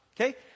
okay